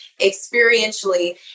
experientially